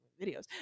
videos